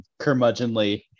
curmudgeonly